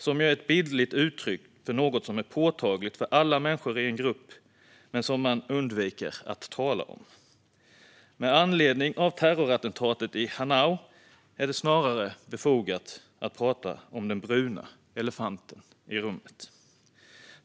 Det är ju ett bildligt uttryck för något som är påtagligt för alla människor i en grupp men som man undviker att tala om. Med anledning av terrorattentatet i Hanau är det snarare befogat att tala om den bruna elefanten i rummet.